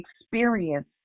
experience